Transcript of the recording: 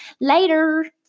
Later